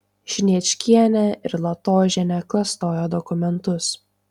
sniečkienė ir latožienė klastojo dokumentus